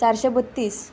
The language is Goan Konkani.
चारशें बत्तीस